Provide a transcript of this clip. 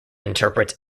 interprets